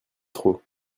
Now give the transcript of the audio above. trop